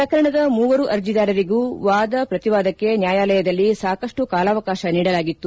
ಪ್ರಕರಣದ ಮೂವರು ಅರ್ಜೆದಾರರಿಗೂ ವಾದ ಪ್ರತಿವಾದಕ್ಕೆ ನ್ಯಾಯಾಲಯದಲ್ಲಿ ಸಾಕಷ್ಟು ಕಾಲಾವಕಾಶ ನೀಡಲಾಗಿತ್ತು